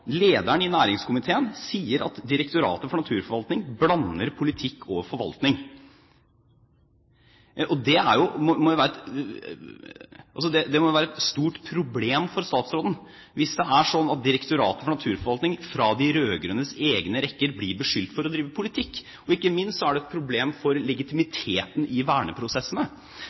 lederen i næringskomiteen – sier at Direktoratet for naturforvaltning blander politikk og forvaltning. Det må jo være et stort problem for statsråden hvis det er slik at Direktoratet for naturforvaltning fra de rød-grønnes egne rekker blir beskyldt for å drive politikk. Ikke minst er det et problem for legitimiteten i verneprosessene.